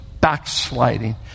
backsliding